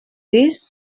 this